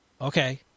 Okay